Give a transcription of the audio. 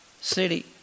city